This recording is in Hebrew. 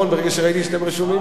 ברגע שראיתי שאתם רשומים לו.